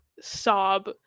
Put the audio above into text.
sob